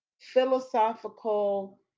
philosophical